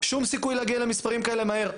להגיע למספרים כאלה מהר.